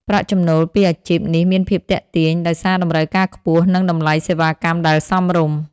ប្រាក់ចំណូលពីអាជីពនេះមានភាពទាក់ទាញ ដោយសារតម្រូវការខ្ពស់ និងតម្លៃសេវាកម្មដែលសមរម្យ។